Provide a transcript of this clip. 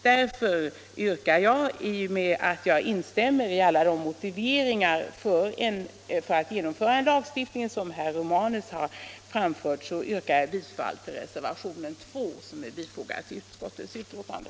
Samtidigt som jag instämmer i alla de motiveringar för genomförande av en lagstiftning som herr Romanus har anfört yrkar jag bifall till reservationen 2, som är fogad till utskottets betänkande.